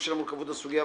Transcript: בשל מורכבות הסוגיה,